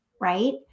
right